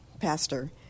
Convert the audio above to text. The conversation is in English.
Pastor